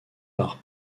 par